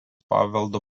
paveldo